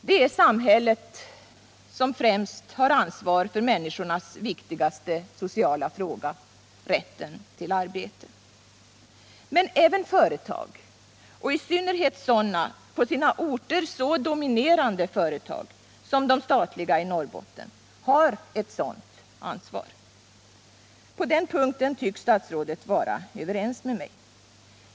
Det är samhället som främst har ansvaret för människornas viktigaste sociala fråga, rätten till arbete. Men även företag, och i synnerhet sådana på sina orter så dominerande företag som de statliga i Norrbotten, har ett sådant ansvar. På den punkten tycks statsrådet vara överens med mig.